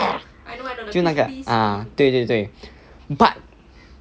就是那个 ah 对对对 but